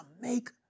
make